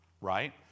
right